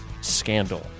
scandal